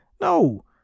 no